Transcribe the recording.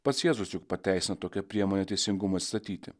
pats jėzus juk pateisinta tokią priemonę teisingumui atstatyti